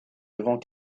devant